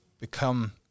become